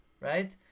right